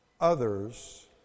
others